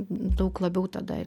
daug labiau tada